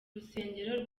rusengero